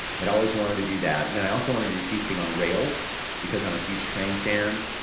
i'd always wanted to do that and then i also wanted to do feasting on rails because i'm a huge train fan,